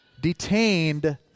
detained